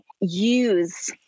use